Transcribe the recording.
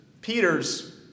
Peter's